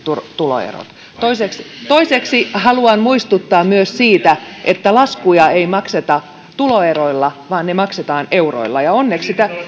tuloerot toiseksi toiseksi haluan muistuttaa myös siitä että laskuja ei makseta tuloeroilla vaan ne maksetaan euroilla ja